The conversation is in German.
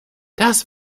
das